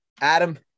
Adam